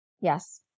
Yes